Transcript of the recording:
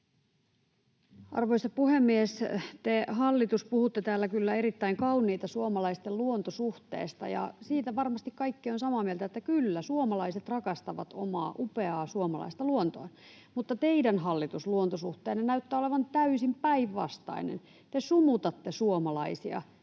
Arvoisa puhemies! Te, hallitus, puhutte täällä kyllä erittäin kauniita suomalaisten luontosuhteesta, ja siitä varmasti kaikki ovat samaa mieltä, että kyllä suomalaiset rakastavat omaa upeaa suomalaista luontoaan, mutta teidän, hallitus, luontosuhteenne näyttää olevan täysin päinvastainen. Te sumutatte suomalaisia.